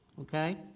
Okay